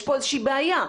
יש פה איזושהי בעיה.